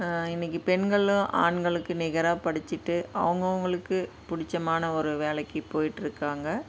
இன்றைக்குப் பெண்களும் ஆண்களுக்கு நிகராக படித்துட்டு அவங்க அவங்களுக்கு பிடிச்சமான ஒரு வேலைக்குப் போயிட்டு இருக்காங்க